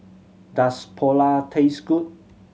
does Pulao taste good